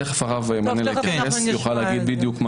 תיכף הרב מנלה יתייחס ויוכל להגיד בדיוק.